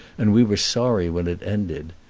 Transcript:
and we were sorry when it ended.